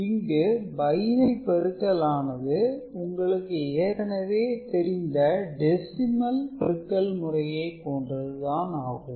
இங்கு பைனரி பெருக்கல் ஆனது உங்களுக்கு ஏற்கனவே தெரிந்த டெசிமல் பெருக்கல் முறையை போன்றதுதான் ஆகும்